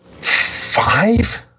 Five